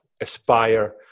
aspire